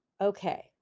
okay